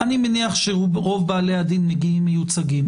אני מניח שרוב בעלי הדין מגיעים מיוצגים.